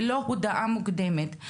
ללא הודעה מוקדמת,